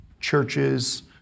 churches